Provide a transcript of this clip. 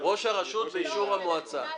הרשות באישור המועצה.